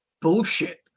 bullshit